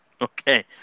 Okay